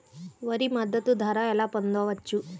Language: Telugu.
వరి మద్దతు ధర ఎలా పొందవచ్చు?